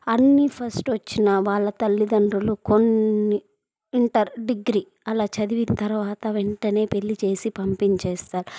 అన్నీ ఫస్ట్ వచ్చిన వాళ్ళ తల్లిదండ్రులు కొన్ని ఇంటర్ డిగ్రీ అలా చదివిన తర్వాత వెంటనే పెళ్ళి చేసి పంపించేస్తారు